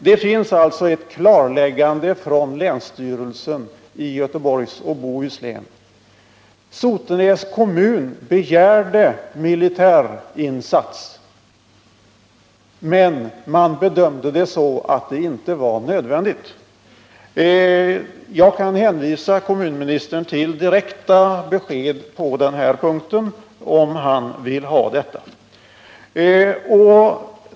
Det finns ett klarläggande från länsstyrelsen i Göteborgs och Bohus län: Sotenäs kommun begärde militärinsats, men man bedömde det så att det inte var nödvändigt. Jag kan i detta sammanhang hänvisa till direkta besked, som kommunministern också kan få om han vill ha det.